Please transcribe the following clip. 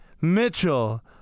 Mitchell